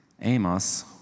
Amos